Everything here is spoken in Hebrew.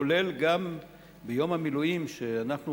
כולל גם ביום המילואים שאנחנו,